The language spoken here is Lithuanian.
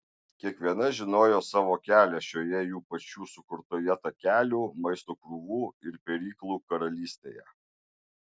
kiekviena žinojo savo kelią šioje jų pačių sukurtoje takelių maisto krūvų ir peryklų karalystėje